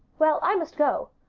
well, i must go.